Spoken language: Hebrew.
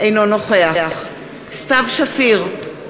אינו נוכח סתיו שפיר,